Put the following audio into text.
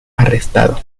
arrestado